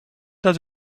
does